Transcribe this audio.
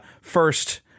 first